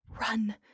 run